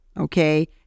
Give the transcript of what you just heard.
Okay